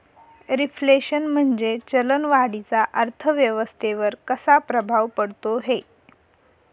Reflation म्हणजे चलन वाढीचा अर्थव्यवस्थेवर कसा प्रभाव पडतो है?